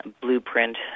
blueprint